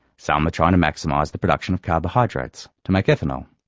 some are trying to maximise the production of carbohydrates to make ethanol,